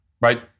right